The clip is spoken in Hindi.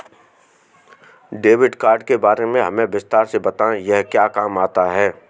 डेबिट कार्ड के बारे में हमें विस्तार से बताएं यह क्या काम आता है?